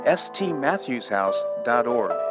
stmatthewshouse.org